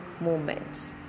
moments